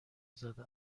زده